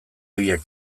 horiek